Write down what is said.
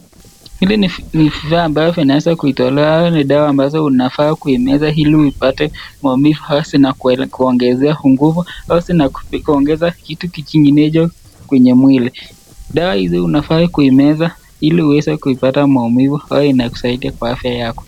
Hili ni vifaa ambavyo vinaweza kutolewa ,hiyo ni dawa ambazo unafaa kuimeza ili uipate maumivu hasi na kuogezea nguvu na hasi kuogeza kitu kikinecho kwenye mwilini .Dawa hili unafaa kuimeza ili uweze kuipata maumivu au inakusaidia kwa afya yako.